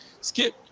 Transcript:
skip